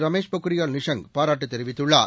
ரமேஷ் பொக்ரியால் நிஷாங்க் பாராட்டுத் தெரிவித்துள்ளார்